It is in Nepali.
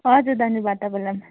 हजुर धन्यवाद तपाईँलाई पनि